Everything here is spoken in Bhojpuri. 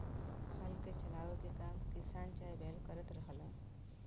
हल के चलावे के काम किसान चाहे बैल करत रहलन